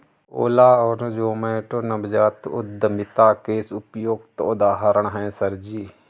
ओला और जोमैटो नवजात उद्यमिता के उपयुक्त उदाहरण है सर जी